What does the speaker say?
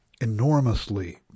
enormously